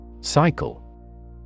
Cycle